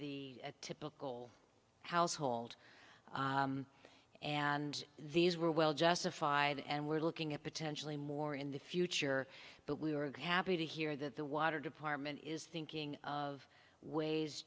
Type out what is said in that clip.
the typical household and these were well justified and we're looking at potentially more in the future but we were happy to hear that the water department is thinking of ways